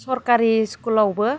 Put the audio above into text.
सरकारि स्कुलावबो